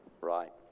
right